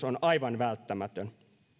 on aivan välttämätön